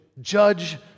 judge